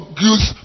goose